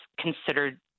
considered